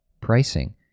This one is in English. pricing